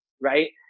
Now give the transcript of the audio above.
right